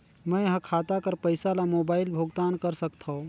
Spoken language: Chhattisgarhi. मैं ह खाता कर पईसा ला मोबाइल भुगतान कर सकथव?